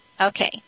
Okay